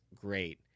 great